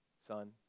Son